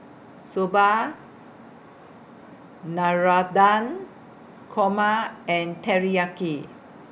Soba Navratan Korma and Teriyaki